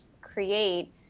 create